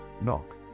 knock